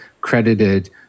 credited